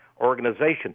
organization